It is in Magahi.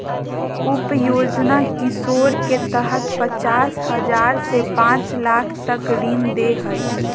उप योजना किशोर के तहत पचास हजार से पांच लाख तक का ऋण दे हइ